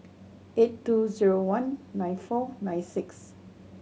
eight two zero one nine four nine six